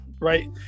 right